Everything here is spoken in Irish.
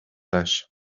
leis